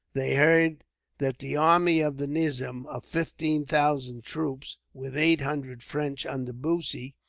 they heard that the army of the nizam, of fifteen thousand troops, with eight hundred french under bussy,